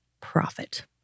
profit